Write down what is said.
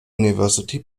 university